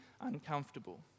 uncomfortable